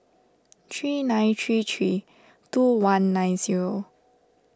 three nine three three two one nine zero